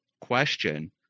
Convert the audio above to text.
question